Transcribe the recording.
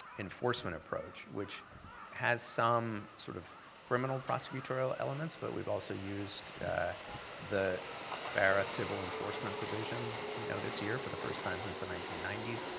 enforcement approach, which has some sort of criminal prosecutorial elements, but we've also used the fara civil enforcement provision you know this year for the first time since the nineteen ninety s.